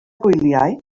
gwyliau